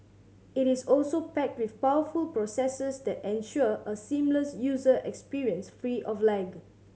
it is also packed with powerful processors that ensure a seamless user experience free of lag